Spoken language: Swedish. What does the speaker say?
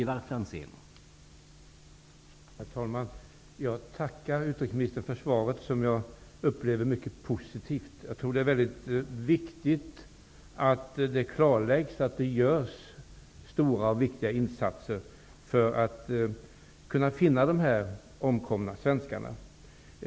Herr talman! Jag tackar utrikesministern för svaret, vilket jag upplever mycket positivt. Jag tror att det är mycket viktigt att det klarläggs att stora och viktiga insatser görs för att finna de omkomna svenskarna.